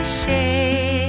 shade